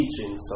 teaching